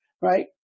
right